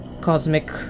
cosmic